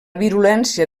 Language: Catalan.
virulència